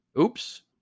Oops